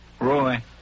Roy